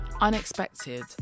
unexpected